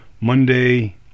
monday